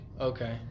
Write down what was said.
Okay